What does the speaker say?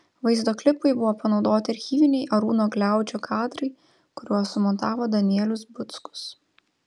vaizdo klipui buvo panaudoti archyviniai arūno gliaudžio kadrai kuriuos sumontavo danielius buckus